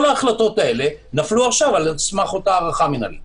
כל ההחלטות האלה נפלו עכשיו על סמך אותה הארכה מינהלית.